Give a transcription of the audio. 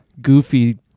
goofy